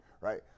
right